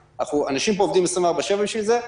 אנשים פה עובדים 24/7 בשביל זה,